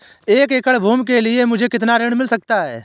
एक एकड़ भूमि के लिए मुझे कितना ऋण मिल सकता है?